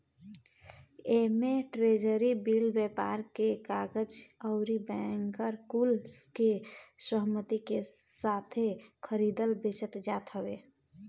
एमे treasury bill, व्यापार के कागज अउरी बैंकर कुल के सहमती के साथे खरीदल बेचल जात हवे